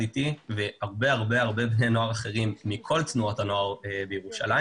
אתי הרבה בני נוער אחרים מכל תנועות הנוער בירושלים.